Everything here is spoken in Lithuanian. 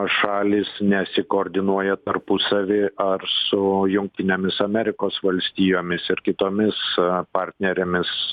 šalys nesikoordinuoja tarpusavy ar su jungtinėmis amerikos valstijomis ir kitomis partnerėmis